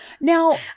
Now